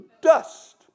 dust